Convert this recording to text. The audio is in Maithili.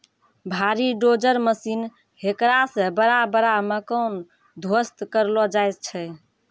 भारी डोजर मशीन हेकरा से बड़ा बड़ा मकान ध्वस्त करलो जाय छै